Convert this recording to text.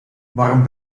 waarom